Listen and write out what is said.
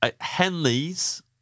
Henley's